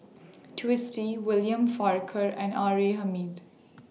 Twisstii William Farquhar and R A Hamid